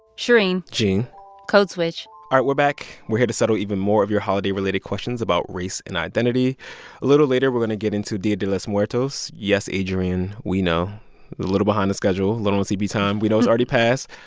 shereen gene code switch all right, we're back. we're here to settle even more of your holiday-related questions about race and identity. a little later, we're going to get into dia de los muertos. yes, adrian, we know a little behind the schedule, a little on cp time. we know it's already passed.